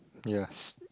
ya